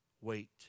wait